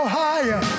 higher